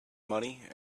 money